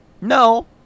No